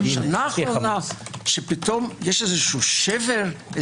שנה אחרונה שפתאום יש שבר,